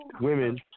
women